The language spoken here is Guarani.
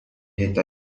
heta